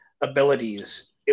abilities